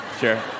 sure